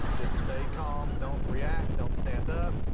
just stay calm. don't react. don't stand up.